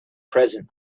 present